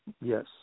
Yes